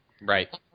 Right